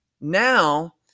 now